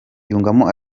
yungamo